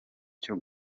cyo